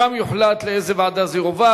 שם יוחלט לאיזה ועדה זה יועבר.